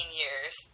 years